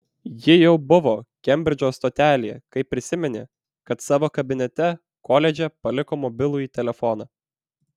ji jau buvo kembridžo stotelėje kai prisiminė kad savo kabinete koledže paliko mobilųjį telefoną